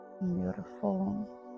Beautiful